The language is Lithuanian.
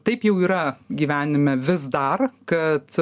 taip jau yra gyvenime vis dar kad